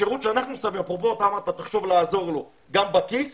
אתה אמרת שנחשוב לעזור לו, גם בכיס